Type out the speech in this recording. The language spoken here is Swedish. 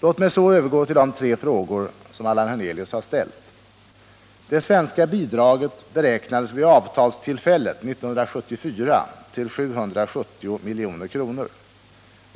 Låt mig så övergå till de tre frågor Allan Hernelius ställt. Det svenska bidraget beräknades vid avtalstillfället 1974 till 770 milj.kr.